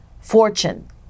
fortune